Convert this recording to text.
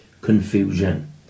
confusion